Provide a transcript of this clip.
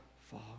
fall